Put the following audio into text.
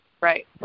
right